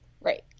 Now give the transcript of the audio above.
Right